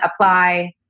apply